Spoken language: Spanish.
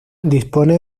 dispone